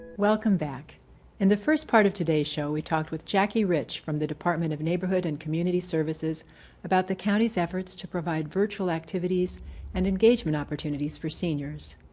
welcome back and the first part of today's show we talked with jackie rich from the department of neighborhood and community services about the county's efforts to provide virtual activities and engagement opportunities for seniors.